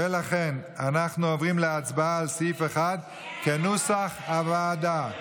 ולכן אנחנו עוברים להצבעה על סעיף 1 כנוסח הוועדה.